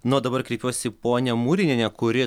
na o dabar kreipiuosi į ponią murinienę kuri